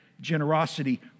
generosity